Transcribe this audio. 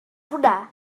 hwnna